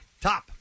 top